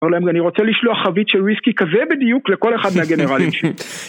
אולי אני גם רוצה לשלוח חבית של ויסקי כזה בדיוק לכל אחד מהגנרלים